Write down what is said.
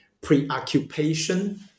preoccupation